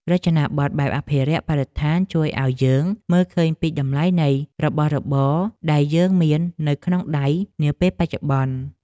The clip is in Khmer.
រចនាប័ទ្មបែបអភិរក្សបរិស្ថានជួយឱ្យយើងមើលឃើញពីតម្លៃនៃរបស់របរដែលយើងមាននៅក្នុងដៃនាពេលបច្ចុប្បន្ន។